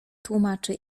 tłumaczy